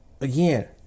Again